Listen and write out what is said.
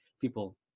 people